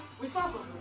responsible